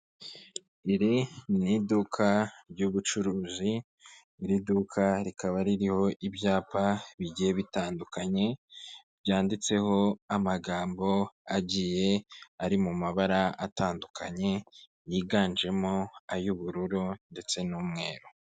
Iri ni iduka ry'ubucuruzi, iri duka rikaba ririho ibyapa bigiye bitandukanye, byanditseho amagambo agiye ari mu mabara atandukanye yiganjemo ay'ubururu ndetse n'umweru.